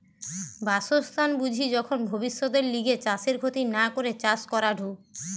বাসস্থান বুঝি যখন ভব্যিষতের লিগে চাষের ক্ষতি না করে চাষ করাঢু